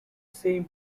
same